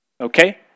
Okay